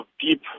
deep